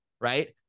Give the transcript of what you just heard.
Right